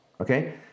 okay